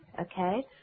okay